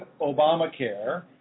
Obamacare